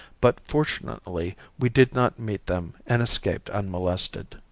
but fortunately we did not meet them and escaped unmolested.